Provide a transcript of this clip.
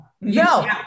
No